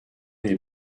les